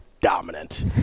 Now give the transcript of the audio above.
dominant